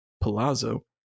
palazzo